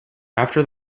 after